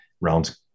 rounds